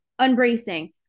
unbracing